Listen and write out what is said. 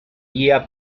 guía